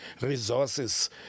resources